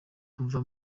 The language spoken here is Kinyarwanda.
kuva